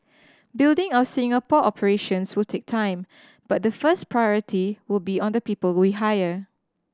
building our Singapore operations will take time but the first priority will be on the people we hire